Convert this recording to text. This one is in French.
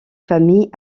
familles